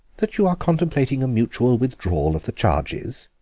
that you are contemplating a mutual withdrawal of the charges?